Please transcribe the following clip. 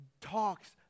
talks